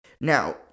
Now